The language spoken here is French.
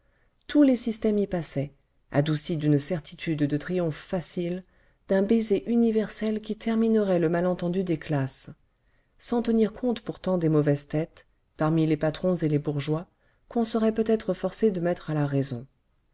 tous les systèmes y passaient adoucis d'une certitude de triomphe facile d'un baiser universel qui terminerait le malentendu des classes sans tenir compte pourtant des mauvaises têtes parmi les patrons et les bourgeois qu'on serait peut-être forcé de mettre à la raison